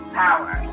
power